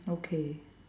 okay